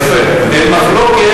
אין מחלוקת,